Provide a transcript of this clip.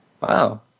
Wow